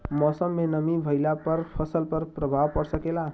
मौसम में नमी भइला पर फसल पर प्रभाव पड़ सकेला का?